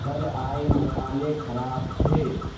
कल आए मसाले ख़राब थे